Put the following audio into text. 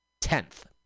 Tenth